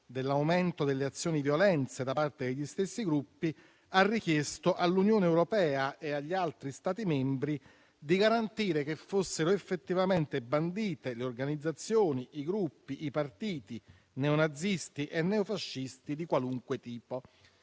dell'aumento delle azioni violenze da parte degli stessi gruppi, ha richiesto all'Unione europea e agli altri Stati membri di garantire che fossero effettivamente bandite le organizzazioni, i gruppi e i partiti neonazisti e neofascisti di qualunque tipo.